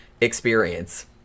experience